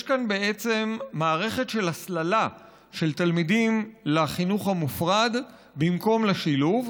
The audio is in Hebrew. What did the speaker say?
יש כאן בעצם מערכת של הסללה של תלמידים לחינוך המופרד במקום לשילוב,